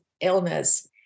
illness